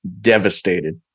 devastated